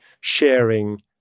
sharing